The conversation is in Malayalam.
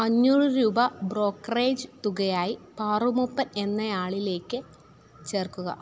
അഞ്ഞൂറ് രൂപ ബ്രോക്കറേജ് തുകയായി പാറു മൂപ്പൻ എന്നയാളിലേക്ക് ചേർക്കുക